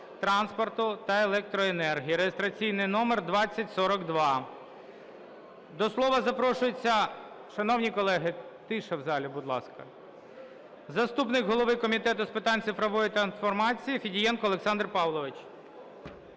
транспорту та електроенергетики (реєстраційний номер 2042). До слова запрошується… Шановні колеги, тиша в залі, будь ласка. Заступник голови Комітету з питань цифрової трансформації Федієнко Олександр Павлович.